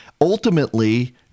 Ultimately